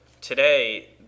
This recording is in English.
today